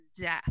death